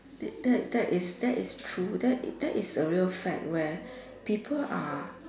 that that is that is true that that is a real fact where people are